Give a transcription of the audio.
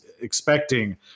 expecting